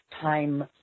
time